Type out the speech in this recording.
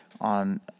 on